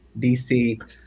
DC